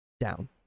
Down